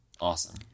Awesome